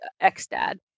Ex-dad